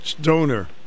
donor